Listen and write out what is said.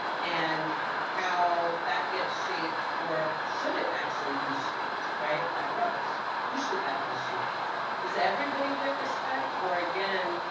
and how that gets shaped or should it actually be shaped by brothers. who should that be shaped by? does everybody get respect, or again,